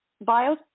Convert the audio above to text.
bio